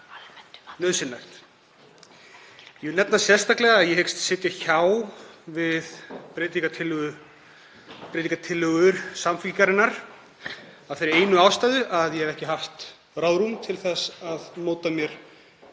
nauðsynlegt. Ég vil nefna sérstaklega að ég hyggst sitja hjá við breytingartillögur Samfylkingarinnar af þeirri einu ástæðu að ég hef ekki haft ráðrúm til að móta mér